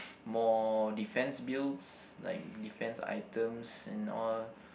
more defense builds like defense items and all